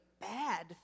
bad